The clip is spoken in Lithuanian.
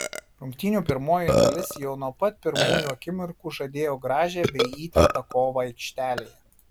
rungtynių pirmoji dalis jau nuo pat pirmųjų akimirkų žadėjo gražią bei įtemptą kovą aikštelėje